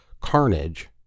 carnage